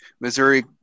Missouri –